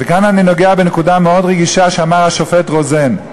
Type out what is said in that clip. וכאן אני נוגע בנקודה מאוד רגישה שאמר השופט רוזן,